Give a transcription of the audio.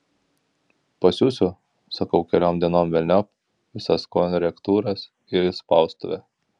pasiųsiu sakau keliom dienom velniop visas korektūras ir spaustuvę